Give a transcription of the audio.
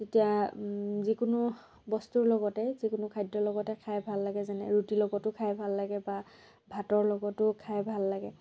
তেতিয়া যিকোনো বস্তুৰ লগতে যিকোনো খাদ্যৰ লগতে খাই ভাল লাগে যেনে ৰুটিৰ লগতো খাই ভাল লাগে বা ভাতৰ লগতো খাই ভাল লাগে